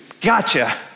gotcha